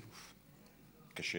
טירוף, קשה.